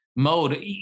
Mode